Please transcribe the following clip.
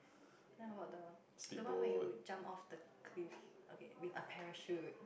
then how about the the one where you jump off the cliff okay with a parachute